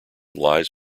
lies